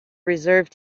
reserve